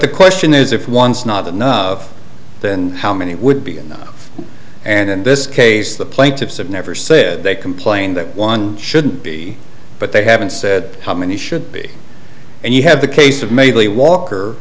the question is if one is not enough then how many would be enough and in this case the plaintiffs have never said they complained that one shouldn't be but they haven't said how many should be and you have the case of maybe walker